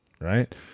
right